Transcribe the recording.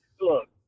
look